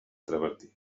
travertí